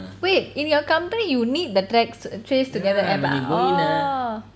wait in your company you need the track trace together app ah oh